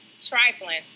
trifling